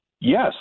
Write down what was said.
Yes